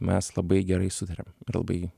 mes labai gerai sutariam labai